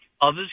Others